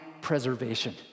preservation